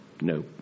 No